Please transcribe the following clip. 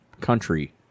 country